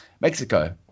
Mexico